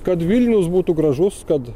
kad vilnius būtų gražus kad